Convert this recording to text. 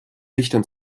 lichtern